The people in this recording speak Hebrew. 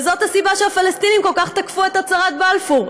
וזאת הסיבה שהפלסטינים כל כך תקפו את הצהרת בלפור,